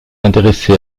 intéressé